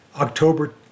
October